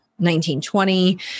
1920